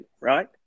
right